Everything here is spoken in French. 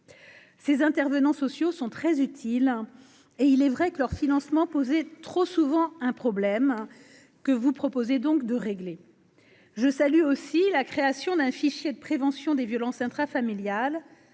ces intervenants sociaux sont très utiles, hein, et il est vrai que leur financement poser trop souvent un problème que vous proposez donc de régler, je salue aussi la création d'un fichier de prévention des violences intrafamiliales